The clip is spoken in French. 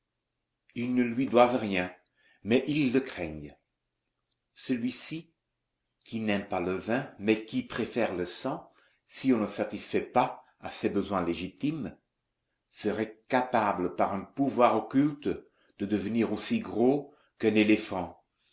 ils ne lui doivent rien mais ils le craignent celui-ci qui n'aime pas le vin mais qui préfère le sang si on ne satisfaisait pas à ses besoins légitimes serait capable par un pouvoir occulte de devenir aussi gros qu'un éléphant